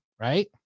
Right